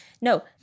no